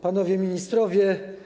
Panowie Ministrowie!